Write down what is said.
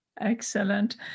excellent